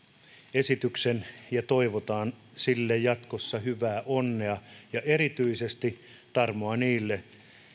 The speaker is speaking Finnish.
esityksen ja toivotaan sille jatkossa hyvää onnea ja erityisesti tarmoa niille